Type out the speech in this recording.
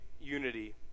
unity